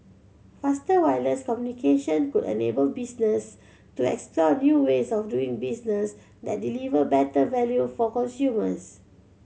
faster wireless communication could enable businesses to explore new ways of doing business that deliver better value for consumers